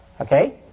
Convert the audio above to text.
Okay